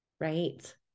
Right